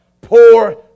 poor